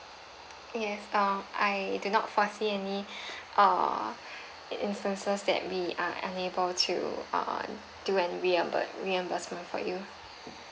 yes uh I do not foresee any err instances that we are unable to uh do an reimbur~ reimbursement for you